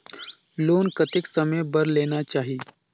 Loan कतेक समय बर लेना चाही?